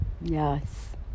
Yes